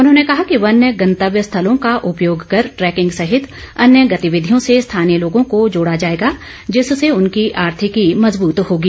उन्होंने कहा कि वन्य गंतव्य स्थलों का उपयोग कर ट्रैकिंग सहित अन्य गतिविधियों से स्थानीय लोगों को जोड़ा जाएगा जिससे उनकी आर्थिकी मजबूत होगी